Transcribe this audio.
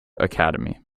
academy